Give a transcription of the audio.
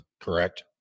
correct